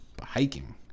Hiking